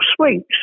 sweets